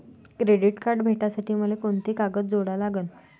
Credit card भेटासाठी मले कोंते कागद जोडा लागन?